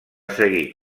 seguir